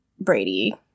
Brady